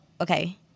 okay